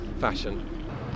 fashion